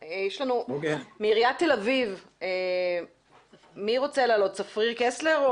מעיריית תל אביב, צפריר קסלר,